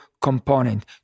component